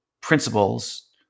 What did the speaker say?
principles